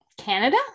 canada